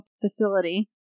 Facility